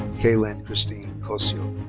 caitlin christine cosio.